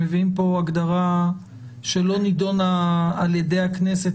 שמביאים פה הגדרה שלא נידונה על ידי הכנסת,